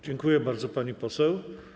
Dziękuję bardzo, pani poseł.